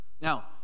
Now